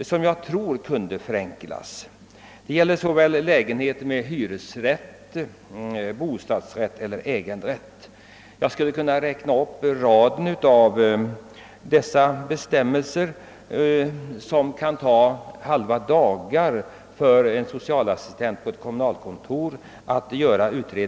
som borde kunna förenklas; det gäller lägenheter med såväl hyresrätt som bostadsrätt och äganderätt. Jag skulle kunna räkna upp rader av bestämmelser, som det kan ta en halv dag för en socialassistent på ett kommunalkontor att utreda.